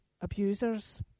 abusers